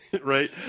right